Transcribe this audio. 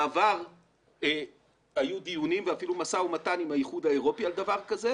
בעבר היו דיונים ואפילו משא ומתן עם האיחוד האירופי על דבר כזה.